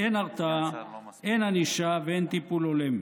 אין הרתעה, אין ענישה ואין טיפול הולם.